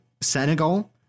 Senegal